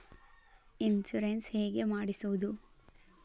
Insurance ಹೇಗೆ ಮಾಡಿಸುವುದು?